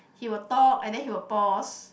he'll talk and then he'll pause